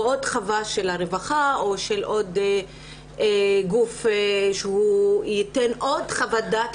עוד חוות דעת של הרווחה או גוף שייתן עוד חוות דעת,